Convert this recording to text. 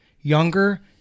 younger